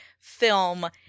Film